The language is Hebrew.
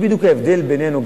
זה בדיוק ההבדל בינינו.